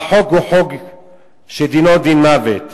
והחוק הוא חוק שדינו דין מוות.